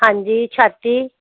ਹਾਂਜੀ ਛਾਤੀ